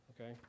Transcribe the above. Okay